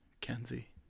Kenzie